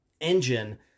engine